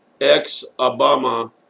Ex-Obama